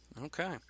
Okay